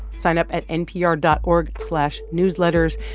sign up at npr dot org slash newsletters.